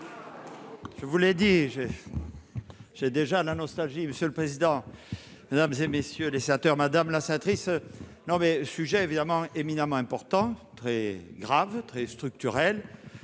Je vous l'ai dit j'ai j'ai déjà la nostalgie, monsieur le président, Mesdames et messieurs les sénateurs, Madame la sénatrice, non mais sujet évidemment éminemment important, très grave, très structurelles